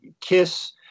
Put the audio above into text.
Kiss